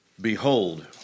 Behold